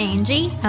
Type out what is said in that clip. Angie